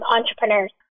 entrepreneurs